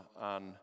on